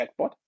chatbot